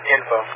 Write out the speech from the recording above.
Info